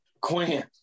Quinn